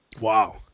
Wow